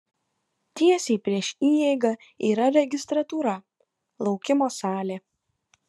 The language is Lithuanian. tiesiai prieš įeigą yra registratūra laukimo salė